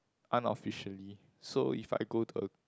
unofficially so if I go to a